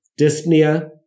dyspnea